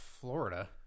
Florida